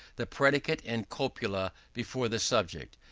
the predicate and copula before the subject,